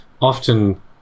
often